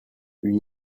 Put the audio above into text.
une